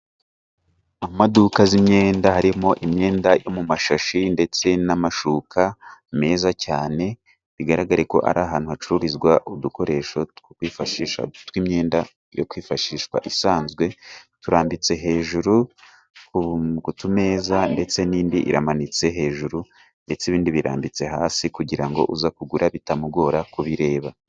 Mu maduka y'imyenda harimo imyenda mu mashashi ndetse n'amashuka meza cyane, bigaragare ko ari ahantu hacururizwa udukoresho two kwishisha n'imyenda yo kwifashishwa isanzwe turambitse hejuru ku meza ndetse n'indi iramanitse hejuru ndetse ibindi birambitse hasi kugira ngo uza kugura bitamugora kubireba.